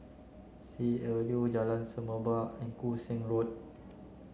Sea Avenue Jalan Semerbak and Koon Seng Road